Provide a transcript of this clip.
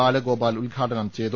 ബാലഗോപാൽ ഉദ്ഘാടനം ചെയ്തു